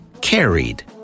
carried